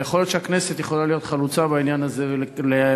ויכול להיות שהכנסת יכולה להיות חלוצה בעניין הזה ולהחליט,